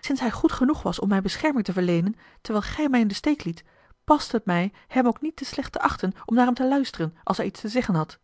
sinds hij goed genoeg was om mij bescherming te verleenen terwijl gij mij in den steek liet paste het mij hem ook niet te slecht te achten om naar hem te luisteren als hij iets te zeggen had